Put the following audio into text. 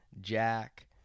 Jack